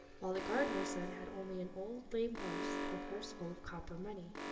while the gardener's son had only an old lame horse and a purse full of copper money,